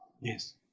Yes